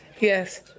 Yes